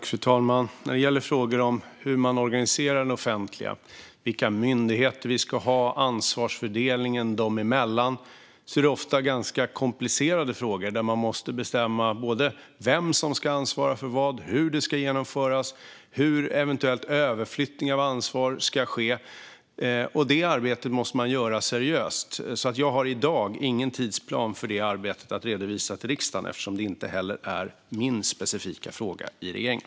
Fru talman! När det gäller frågor om hur man organiserar det offentliga, vilka myndigheter vi ska ha och ansvarsfördelningen dem emellan är det ofta ganska komplicerade frågor, där man måste bestämma både vem som ska ansvara för vad, hur det ska genomföras och hur eventuell överflyttning av ansvar ska ske. Detta arbete måste man göra seriöst. Jag har i dag ingen tidsplan för arbetet att redovisa till riksdagen eftersom det inte heller är min specifika fråga i regeringen.